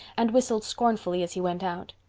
and whistled scornfully as he went out.